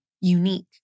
unique